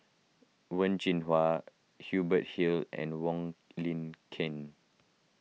Wen Jinhua Hubert Hill and Wong Lin Ken